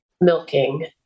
milking